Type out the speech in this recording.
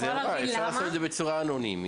אז אפשר לעשות את זה בצורה אנונימית.